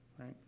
right